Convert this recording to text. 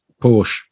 Porsche